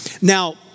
Now